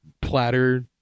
platter